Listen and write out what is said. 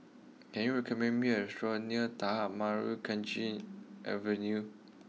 can you recommend me a restaurant near Tanah Merah Kechil Avenue